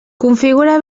configura